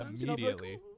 immediately